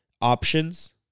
options